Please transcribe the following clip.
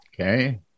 Okay